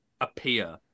appear